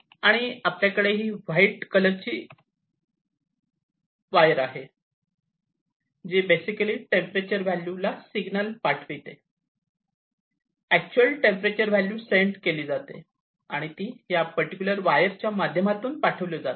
आणि आपल्याकडेही वाईट कलरची वायर आहे जी बेसिकली टेंपरेचर व्हॅल्यू चा सिग्नल पाठविते ऍक्च्युल टेंपरेचर व्हॅल्यू सेंड केली जाते आणि ती ह्या पर्टीकयूलर वायर च्या माध्यमातून पाठविली जाते